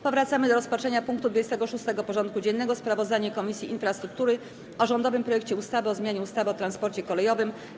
Powracamy do rozpatrzenia punktu 26. porządku dziennego: Sprawozdanie Komisji Infrastruktury o rządowym projekcie ustawy o zmianie ustawy o transporcie kolejowym.